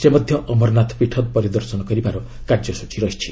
ସେ ମଧ୍ୟ ଅମରନାଥ ପୀଠ ଦର୍ଶନ କରିବାର କାର୍ଯ୍ୟସ୍ଟଚୀ ରହିଛି